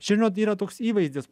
žinot yra toks įvaizdis